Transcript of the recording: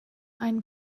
ein